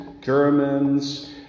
Germans